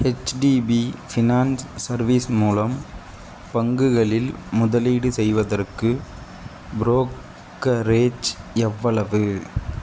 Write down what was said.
HDB finance services மூலம் பங்குகளில் முதலீடு செய்வதற்கு ப்ரோக்கரேஜ் எவ்வளவு